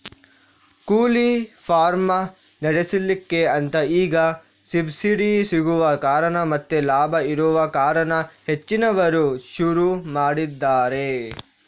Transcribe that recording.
ಕೋಳಿ ಫಾರ್ಮ್ ನಡೆಸ್ಲಿಕ್ಕೆ ಅಂತ ಈಗ ಸಬ್ಸಿಡಿ ಸಿಗುವ ಕಾರಣ ಮತ್ತೆ ಲಾಭ ಇರುವ ಕಾರಣ ಹೆಚ್ಚಿನವರು ಶುರು ಮಾಡಿದ್ದಾರೆ